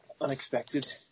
unexpected